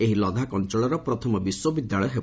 ଏହା ଲଦାଖ୍ ଅଞ୍ଚଳର ପ୍ରଥମ ବିଶ୍ୱବିଦ୍ୟାଳୟ ହେବ